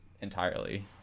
entirely